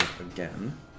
again